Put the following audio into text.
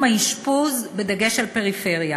תודה.